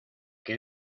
que